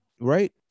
right